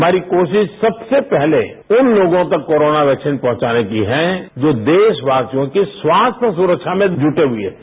हमारी कोशिश सबसे पहले उन लोगों तक कोरोना वैक्सीन पहुंचाने की है जो देशवासियों की स्वास्थ्य सुख्ना में जुटे हुए थे